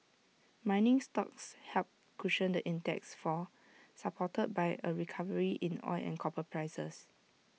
mining stocks helped cushion the index's fall supported by A recovery in oil and copper prices